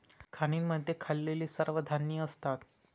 खाणींमध्ये खाल्लेली सर्व धान्ये असतात